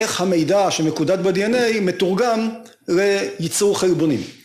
‫איך המידע שמקודד בדי.אן.איי ‫מתורגם לייצור חלבונים.